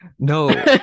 No